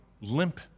limp